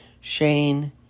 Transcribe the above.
Shane